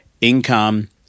income